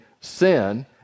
sin